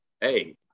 hey –